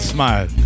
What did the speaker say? Smile